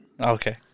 Okay